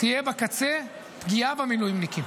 תהיה בקצה פגיעה במילואימניקים.